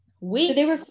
we-